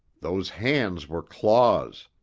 those hands were claws.